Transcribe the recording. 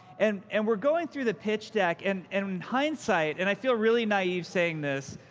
and and we're going through the pitch deck, and in hindsight. and i feel really naive saying this,